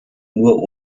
nur